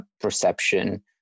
perception